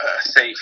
safe